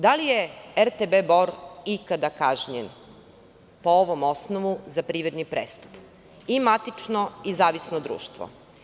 Da li je RTB "Bor" ikad kažnjen po ovom osnovu za privredni prestup i matično i zavisno društvo?